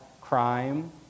crime